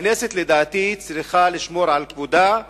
הכנסת, לדעתי, צריכה לשמור על כבודה,